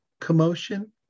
commotion